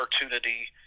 opportunity